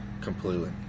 Completely